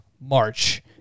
March